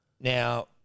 Now